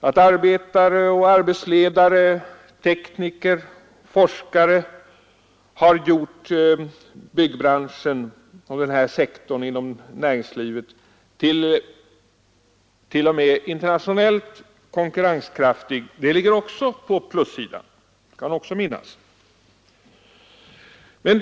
Att arbetare och arbetsledare, tekniker och forskare har gjort byggbranschen och denna sektor inom näringslivet t.o.m. internationellt konkurrenskraftig ligger även på plussidan. Det skall man också hålla i minnet.